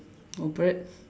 a bird